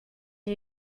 are